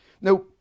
Now